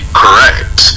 correct